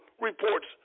reports